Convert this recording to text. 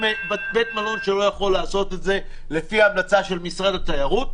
מלון שלא יכול לעשות את זה לפי ההמלצה של משרד התיירות,